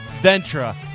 Ventra